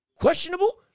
questionable